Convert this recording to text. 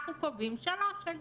אנחנו קובעים שלוש שנים.